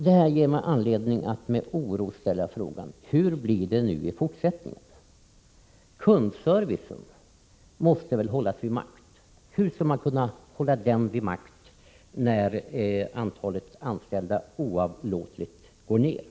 Detta ger mig anledning att med oro fråga: Hur blir det i fortsättningen? Kundservicen måste väl hållas vid makt? Hur skall man kunna åstadkomma detta, när antalet anställda oavlåtligt går ned?